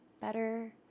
better